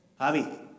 Javi